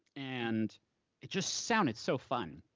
and it just sounded so fun.